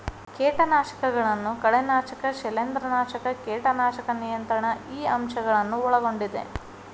ಕೇಟನಾಶಕಗಳನ್ನು ಕಳೆನಾಶಕ ಶಿಲೇಂಧ್ರನಾಶಕ ಕೇಟನಾಶಕ ನಿಯಂತ್ರಣ ಈ ಅಂಶ ಗಳನ್ನು ಒಳಗೊಂಡಿದೆ